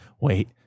wait